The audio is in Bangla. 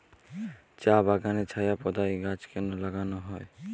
চা বাগানে ছায়া প্রদায়ী গাছ কেন লাগানো হয়?